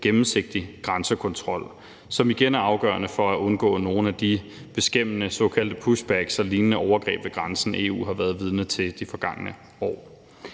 gennemsigtig grænsekontrol, som igen er afgørende for at undgå nogle af de beskæmmende såkaldte pushbacks og lignende overgreb ved grænsen, EU har været vidne til de forgangne år.